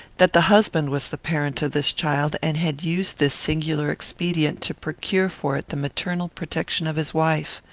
that the husband was the parent of this child, and had used this singular expedient to procure for it the maternal protection of his wife.